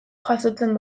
jasotzen